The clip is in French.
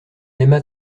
aima